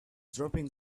dropping